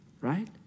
Right